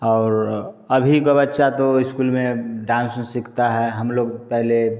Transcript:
और अभी का बच्चा तो इस्कूल में अब डांस ओंस सीखता है हम लोग पहले